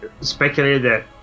speculated